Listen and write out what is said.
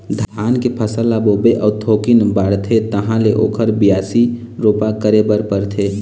धान के फसल ल बोबे अउ थोकिन बाढ़थे तहाँ ले ओखर बियासी, रोपा करे बर परथे